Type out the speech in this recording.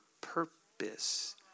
purpose